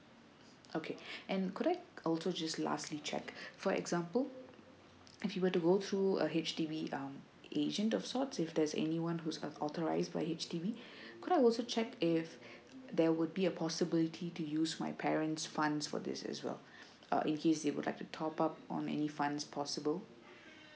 okay and could I also just lastly check for example if you were to go through a H_D_B um agent or sorts if there's anyone whose are authorized by H_D_B could I also check if there would be a possibility to use my parents funds for this as well uh in case their would like to top up on any funds possible